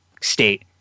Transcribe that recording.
state